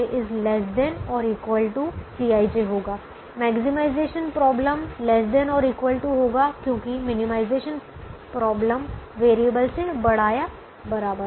तो ui vj ≤ Cij होगा maximisation problem ≤ होगा क्योंकि मिनिमाइजेशन प्रॉब्लम वेरिएबल से बड़ा या बराबर है